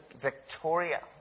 Victoria